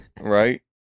Right